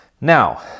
now